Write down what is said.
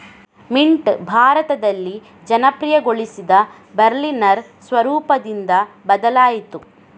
mint ಭಾರತದಲ್ಲಿ ಜನಪ್ರಿಯಗೊಳಿಸಿದ Berliner ಸ್ವರೂಪದಿಂದ ಬದಲಾಯಿತು